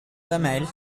femelle